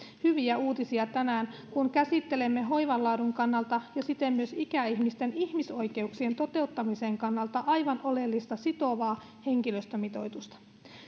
hyviä uutisia tänään kun käsittelemme hoivan laadun kannalta ja siten myös ikäihmisten ihmisoikeuksien toteuttamisen kannalta aivan oleellista sitovaa henkilöstömitoitusta